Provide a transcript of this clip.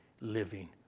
living